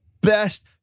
best